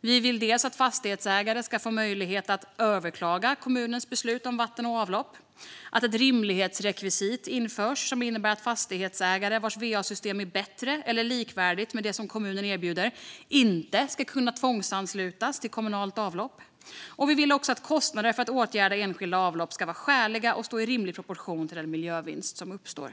Vi vill att fastighetsägare ska få möjlighet att överklaga kommunens beslut om vatten och avlopp och att ett rimlighetsrekvisit införs, som innebär att fastighetsägare vars va-system är bättre eller likvärdigt med det som kommunen erbjuder inte ska kunna tvångsanslutas till kommunalt avlopp. Vi vill också att kostnader för att åtgärda enskilda avlopp ska vara skäliga och stå i rimlig proportion till den miljövinst som uppstår.